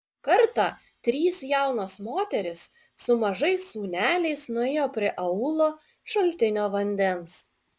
kartą trys jaunos moterys su mažais sūneliais nuėjo prie aūlo šaltinio vandens